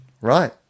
Right